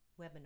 webinar